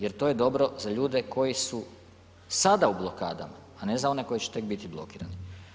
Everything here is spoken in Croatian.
Jer to je dobro za ljude koji su sada u blokadama, a ne za one koji će tek biti blokirani.